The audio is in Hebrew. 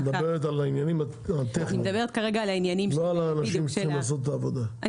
את מדברת על העניינים הטכניים לא על האנשים שצריכים לעשות את העבודה.